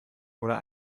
oder